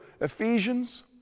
ephesians